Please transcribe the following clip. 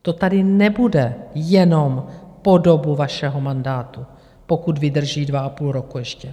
To tady nebude jenom po dobu vašeho mandátu, pokud vydrží dvaapůl roku ještě.